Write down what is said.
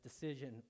decision